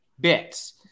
bits